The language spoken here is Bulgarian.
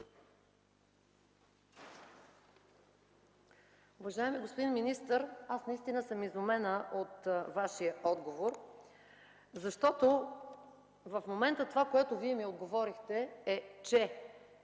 Уважаеми господин министър, аз наистина съм изумена от Вашия отговор, защото в момента това, което Вие ми отговорихте, е, че